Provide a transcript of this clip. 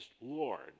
Lord